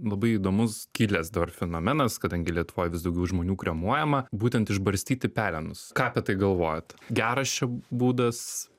labai įdomus kilęs dabar fenomenas kadangi lietuvoj vis daugiau žmonių kremuojama būtent išbarstyti pelenus ką apie tai galvojat geras čia būdas